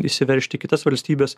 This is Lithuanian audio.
įsiveržti į kitas valstybes